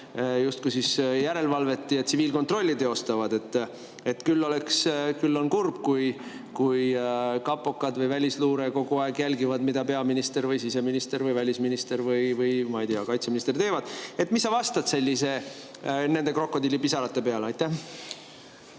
justkui siis järelevalvet ja tsiviilkontrolli teostavad. Et küll on kurb, kui kapokad või välisluure kogu aeg jälgivad, mida peaminister või siseminister või välisminister või kaitseminister teeb. Mis sa vastad nende krokodillipisarate peale?